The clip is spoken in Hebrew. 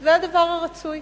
זה הדבר הרצוי.